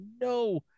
no